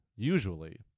usually